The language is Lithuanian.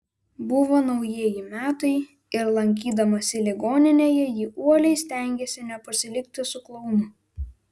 buvo naujieji metai ir lankydamasi ligoninėje ji uoliai stengėsi nepasilikti su klounu